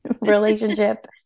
relationship